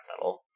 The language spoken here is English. metal